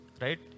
right